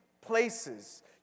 places